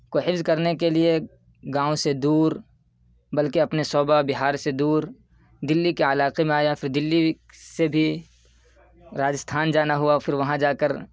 کو حفظ کرنے کے لیے گاؤں سے دور بلکہ اپنے شعبہ بہار سے دور دہلی کے علاقے میں آیا پھر دہلی سے بھی راجستھان جانا ہوا پھر ہوا جا کر